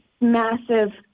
massive